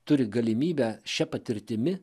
turi galimybę šia patirtimi